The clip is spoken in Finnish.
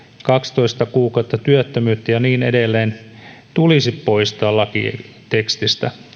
kaksitoista kuukautta työttömyyttä ja niin edelleen tulisi poistaa lakitekstistä